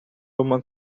uma